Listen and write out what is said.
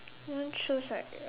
want choose like